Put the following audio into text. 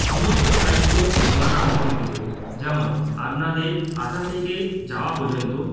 সমস্ত দায়িত্ব ওনারা বহন করবে যেমন আপনাদের আসা থেকে যাওয়া পর্যন্ত